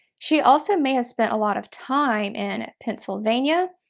she also may have spent a lot of time in pennsylvania,